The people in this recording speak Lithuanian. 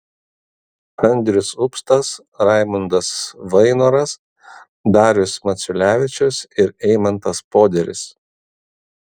andrius upstas raimundas vainoras darius maciulevičius ir eimantas poderis